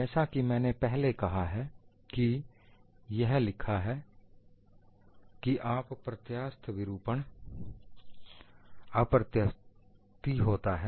जैसा कि मैंने पहले ही कहा है कि यह लिखा है कि आप अप्रत्यास्थ विरूपण अप्रतिवर्ती होता है